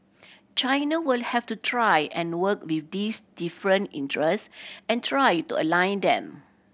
China will have to try and work with these different interests and try to align them